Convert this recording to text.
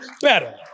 better